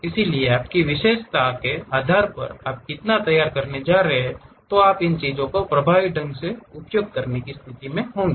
इसलिए आपकी विशेषज्ञता के आधार पर आप कितना तैयार करने जा रहे हैं तो आप इन चीजों का प्रभावी ढंग से उपयोग करने की स्थिति में होंगे